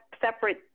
separate